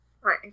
Right